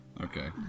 Okay